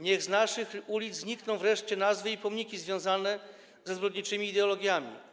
Niech z naszych ulic znikną wreszcie nazwy i pomniki związane ze zbrodniczymi ideologiami.